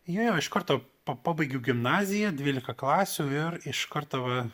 jo iš karto pa pabaigiau gimnaziją dvylika klasių ir iš karto va